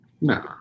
No